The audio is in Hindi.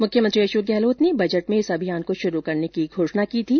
मुख्यमंत्री अशोक गहलोत ने बजट में इस अभियान को शुरू करने की घोषणा की थी